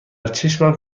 چشمم